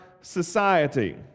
society